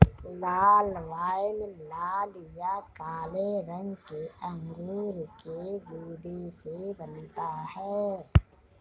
लाल wine लाल या काले रंग के अंगूर के गूदे से बनता है